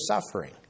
suffering